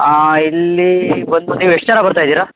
ಇಲ್ಲಿ ಬಂದು ನೀವು ಎಷ್ಟು ಜನ ಬರ್ತಾ ಇದ್ದೀರಾ